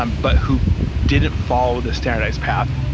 um but who didn't follow the standardized path.